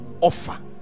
Offer